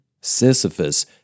Sisyphus